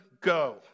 go